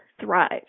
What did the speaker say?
thrive